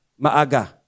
Maaga